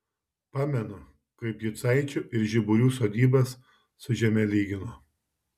pamenu kaip jucaičių ir žiburių sodybas su žeme lygino